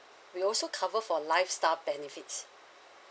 we also cover for lifestyle benefits